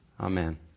Amen